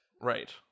Right